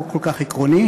לא כל כך עקרוני.